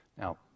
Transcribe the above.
Now